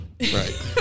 Right